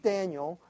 Daniel